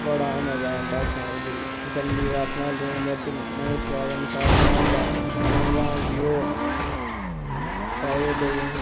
बड़ा मजा औंदा खाने गी भिरी तसल्ली दा अपना लून मर्च नमक सोआद अनुसार पाना होंदा लून लान लैओ पाओ ओह्दे च